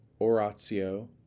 oratio